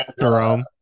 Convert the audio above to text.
Jerome